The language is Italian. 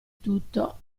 tutto